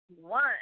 One